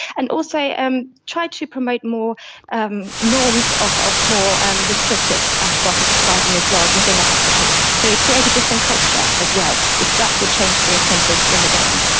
and also try to promote more um norms of of more restricted antibiotic prescribing as well within the hospital. so create a different culture as well, because that will change the incentives in the game.